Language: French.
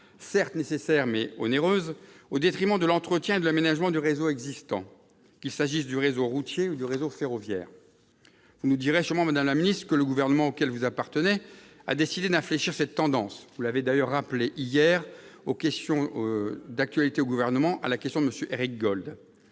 certes nécessaires, mais onéreuses, au détriment de l'entretien et de l'aménagement des réseaux existants, qu'il s'agisse du réseau routier ou du réseau ferroviaire. Vous nous direz sûrement, madame la ministre, que le gouvernement auquel vous appartenez a décidé d'infléchir cette tendance- vous l'avez d'ailleurs rappelé hier lors des questions d'actualité au Gouvernement, en répondant à M. Éric Gold